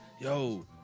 Yo